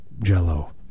jello